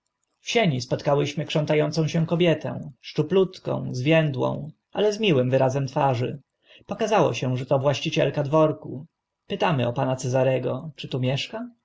w sieni spotkałyśmy krząta ącą się kobietę szczuplutką zwiędłą ale z miłym wyrazem twarzy pokazało się że to właścicielka dworku pytamy o pana cezarego czy tu mieszka